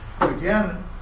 again